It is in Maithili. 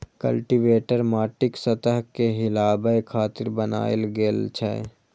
कल्टीवेटर माटिक सतह कें हिलाबै खातिर बनाएल गेल छै